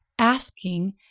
asking